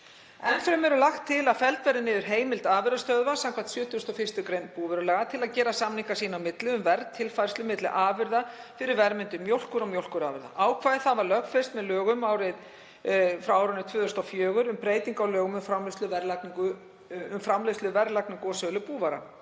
Enn fremur er lagt til að felld verði niður heimild afurðastöðva samkvæmt 71. gr. búvörulaga til að gera samninga sín á milli um verðtilfærslu milli afurða fyrir verðmyndun mjólkur og mjólkurafurða. Ákvæðið var lögfest með lögum frá árinu 2004, um breytingu á lögum um framleiðslu, verðlagningu og sölu búvara,